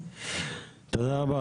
תודה רבה,